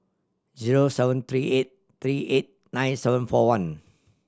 zero seven three eight three eight nine seven four one